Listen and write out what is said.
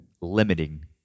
limiting